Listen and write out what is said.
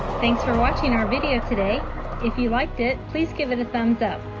thanks for watching our video today if you liked it please give it a thumbs up.